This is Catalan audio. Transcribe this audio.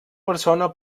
persona